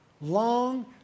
Long